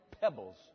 pebbles